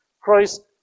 Christ